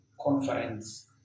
conference